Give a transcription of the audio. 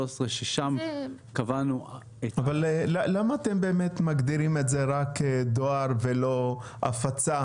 13). למה אתם מגדירים את זה רק כדואר ולא הפצה,